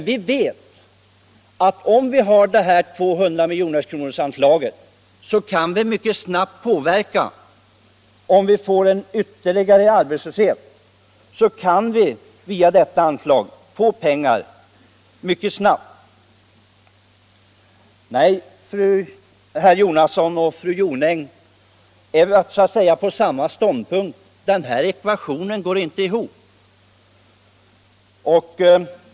Vi vet att om vi har det här 200-miljonersanslaget kan det mycket snabbt sättas in och påverka situationen. Blir det ytterligare arbetslöshet kan vi via detta anslag få pengar mycket snabbt. Nej, herr Jonasson och fru Jonäng, ni två intar samma ståndpunkt, den här ekvationen går inte ihop.